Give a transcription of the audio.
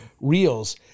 reels